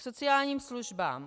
K sociálním službám.